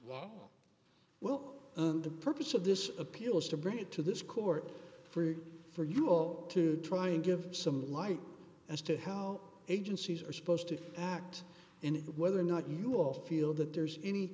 law well and the purpose of this appeal is to bring it to this court free for you all to try and give some light as to how agencies are supposed to act in whether or not you all feel that there's any